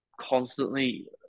constantly